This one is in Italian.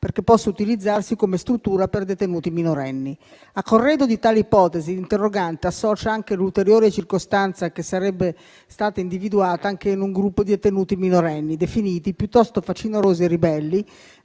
perché possa utilizzarsi come struttura per detenuti minorenni. A corredo di tali ipotesi, l'interrogante associa anche l'ulteriore circostanza che sarebbe stata individuata anche in un gruppo di detenuti minorenni, definiti piuttosto facinorosi e ribelli,